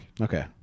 Okay